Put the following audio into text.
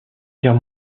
guerre